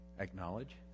Acknowledge